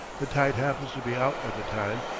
the tide happens to be out at the time,